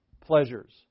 pleasures